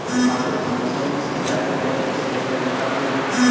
आलू की फसल में सिंचाई करें कि सही तरीका की हय?